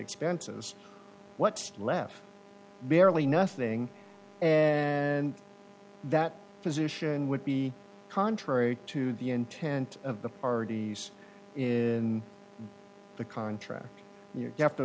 expenses what's left merely nothing and that position would be contrary to the intent of the parties is in the contract you have to